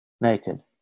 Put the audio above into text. naked